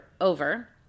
over